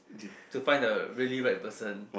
to find the really right person